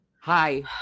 hi